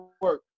work